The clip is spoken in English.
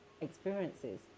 experiences